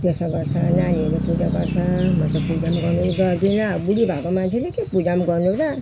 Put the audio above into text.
त्यसो गर्छ नानीहरू पूजा गर्छ म त घरको पूजा पनि गर्दिनँ बुढी भएको मान्छेले के पूजा पनि गर्नु र